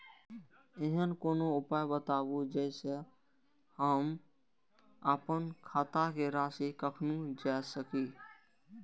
ऐहन कोनो उपाय बताबु जै से हम आपन खाता के राशी कखनो जै सकी?